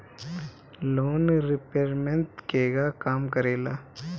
Loan repayment केगा काम करेला?